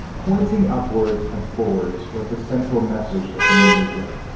pointing upwards and forwards was the central message of the new negro.